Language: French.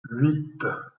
huit